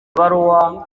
ibaruwa